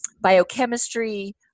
biochemistry